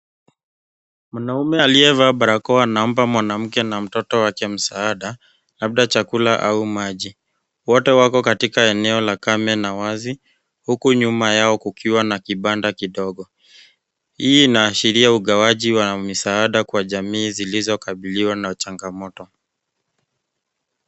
Mwanaume aliyevaa barakoa anampa mwanamke na mtoto wake msaaada labda chakula au maji. Wote wako katika eneo la kame na wazi, huku nyuma yao kukiwa na kibanda kidogo. Hii inaashiria ugawaji wa misaada kwa jamii zilizokabiliwa na changamoto.